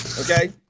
Okay